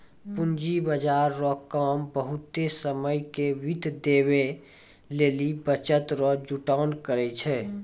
पूंजी बाजार रो काम बहुते समय के वित्त देवै लेली बचत रो जुटान करै छै